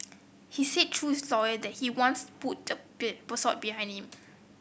he said through his lawyer that he wants put put behind him